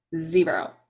zero